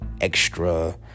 extra